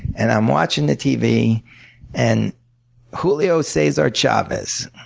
and i'm watching the tv and julio cesar chavez,